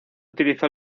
utilizó